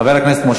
חבר הכנסת משה